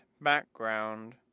background